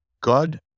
God